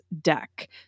deck